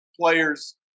players